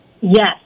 Yes